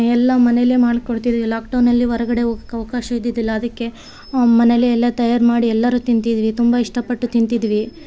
ಎಲ್ಲ ಮನೇಲೆ ಮಾಡ್ಕೊಡ್ತಿದ್ವಿ ಲಾಕ್ಡೌನ್ನಲ್ಲಿ ಹೊರ್ಗಡೆ ಹೋಗೋಕ್ ಅವಕಾಶ ಇದ್ದಿದ್ದಿಲ್ಲ ಅದಕ್ಕೆ ಮನೇಲೆ ಎಲ್ಲ ತಯಾರು ಮಾಡಿ ಎಲ್ಲರೂ ತಿಂತಿದ್ವಿ ತುಂಬ ಇಷ್ಟಪಟ್ಟು ತಿಂತಿದ್ವಿ